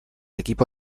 equipo